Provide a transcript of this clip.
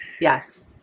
Yes